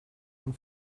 and